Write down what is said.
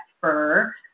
fur